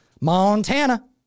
Montana